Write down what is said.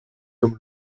comme